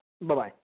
Bye-bye